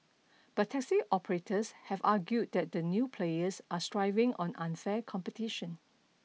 but taxi operators have argued that the new players are thriving on unfair competition